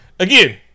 Again